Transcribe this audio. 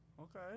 Okay